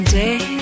day